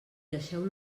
deixeu